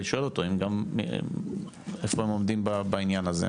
הייתי שואלת אותו איפה הם עובדים בעניין הזה.